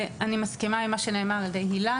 אני מסכימה על ידי מה שנאמר על ידי הילה,